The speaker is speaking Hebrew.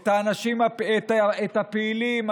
את הפעילים,